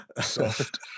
soft